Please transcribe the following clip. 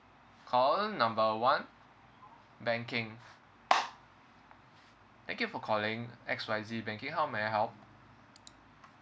call number one banking thank you for calling X Y Z banking how may I help